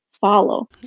follow